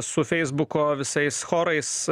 su feisbuko visais chorais